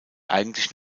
eigentlich